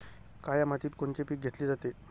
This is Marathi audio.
काळ्या मातीत कोनचे पिकं घेतले जाते?